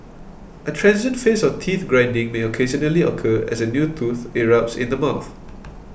a transient phase of teeth grinding may occasionally occur as a new tooth erupts in the mouth